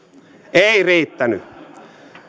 ei riittänyt